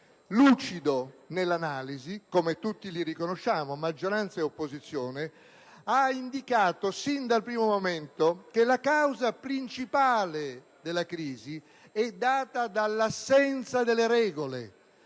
lucido nell'analisi, come tutti gli riconosciamo, maggioranza ed opposizione, ha indicato sin dal primo momento che la causa principale della crisi è data dell'assenza delle regole,